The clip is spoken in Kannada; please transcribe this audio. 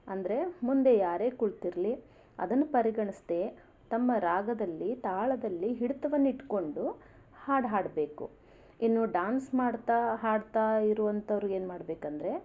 ಅಂದರೆ ಮುಂದೆ ಯಾರೇ ಕುಳಿತಿರಲಿ ಅದನ್ನು ಪರಿಗಣಿಸದೆ ತಮ್ಮ ರಾಗದಲ್ಲಿ ತಾಳದಲ್ಲಿ ಹಿಡಿತವನ್ನಿಟ್ಕೊಂಡು ಹಾಡು ಹಾಡ್ಬೇಕು ಇನ್ನು ಡ್ಯಾನ್ಸ್ ಮಾಡ್ತಾ ಹಾಡ್ತಾ ಇರುವಂಥೋರಿಗೇನು ಮಾಡ್ಬೇಕಂದರೆ